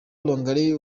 longoria